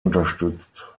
unterstützt